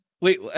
Wait